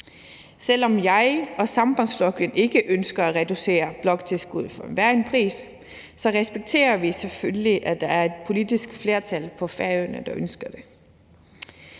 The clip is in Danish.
Selv om jeg og Sambandsflokkurin ikke ønsker at reducere bloktilskuddet for enhver pris, respekterer vi selvfølgelig, at der er et politisk flertal på Færøerne, der ønsker det.